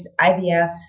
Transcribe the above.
IVFs